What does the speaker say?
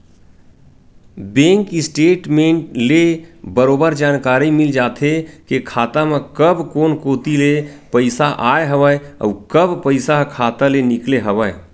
bank statement ले बरोबर जानकारी मिल जाथे के खाता म कब कोन कोती ले पइसा आय हवय अउ कब पइसा ह खाता ले निकले हवय